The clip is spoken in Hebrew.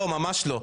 לא ממש לא,